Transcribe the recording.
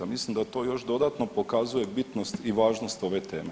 Mislim da to još dodatno pokazuje bitnost i važnost ove teme.